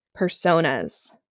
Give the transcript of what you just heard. personas